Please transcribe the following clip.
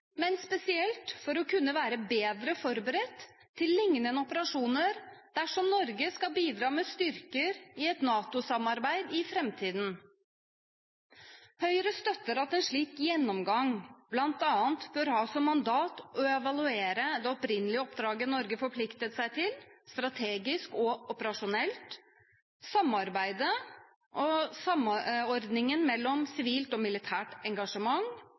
men spesielt for å kunne være bedre forberedt til liknende operasjoner dersom Norge skal bidra med styrker i et NATO-samarbeid i framtiden. Høyre støtter at en slik gjennomgang bl.a. bør ha som mandat å evaluere det opprinnelige oppdraget Norge forpliktet seg til strategisk og operasjonelt, og å evaluere samarbeidet og samordningen mellom sivilt og militært engasjement